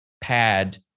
pad